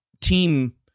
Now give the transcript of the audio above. team